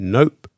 Nope